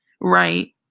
right